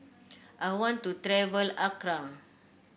I want to travel Accra